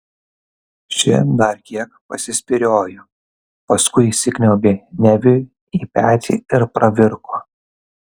ši dar kiek pasispyriojo paskui įsikniaubė neviui į petį ir pravirko